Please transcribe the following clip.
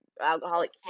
alcoholic